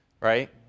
Right